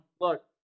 Look